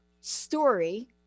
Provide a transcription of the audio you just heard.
story